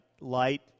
light